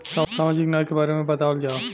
सामाजिक न्याय के बारे में बतावल जाव?